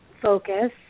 focus